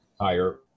higher